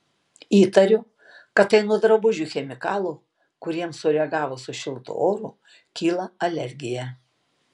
įtariu kad tai nuo drabužių chemikalų kuriems sureagavus su šiltu oru kyla alergija